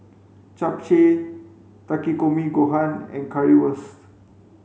Japchae Takikomi Gohan and Currywurst